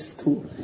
school